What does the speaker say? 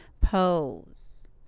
pose